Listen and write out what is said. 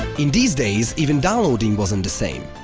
in these days, even downloading wasn't the same.